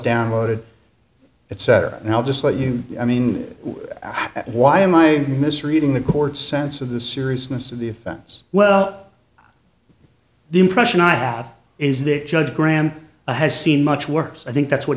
downloaded it said and i'll just let you i mean why am i misreading the court's sense of the seriousness of the offense well the impression i have is that judge graham has seen much worse i think that's what